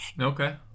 Okay